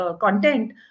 content